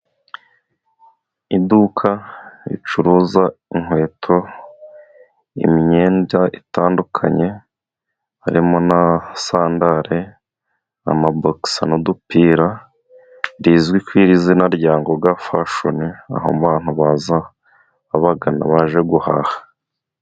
Iduka ricuruza inkweto, imyenda itandukanye harimo na sandare, amabogisa, n'udupira, rizwi ku izina rya Ngoga Fashoni, aho abantu baza babagana baje guhaha.